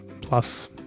Plus